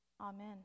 Amen